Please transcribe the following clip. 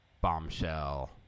bombshell